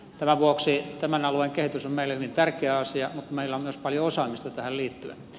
tämän vuoksi tämän alueen kehitys on meille hyvin tärkeä asia mutta meillä on myös paljon osaamista tähän liittyen